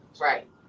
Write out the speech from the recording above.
Right